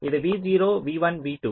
இது v0 v1 v2